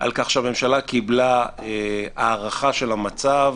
על כך שהממשלה קיבלה הארכה של המצב